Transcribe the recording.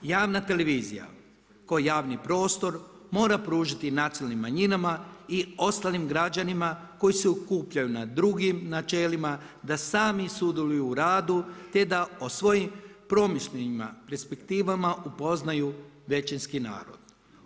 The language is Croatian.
Javna televizija kao javno prostor mora pružiti nacionalnim manjinama i ostalim građanima koji se okupljaju na drugim načelima da sami sudjeluju u radu te da o svojim promišljanjima, perspektivama upoznaju većinski narod.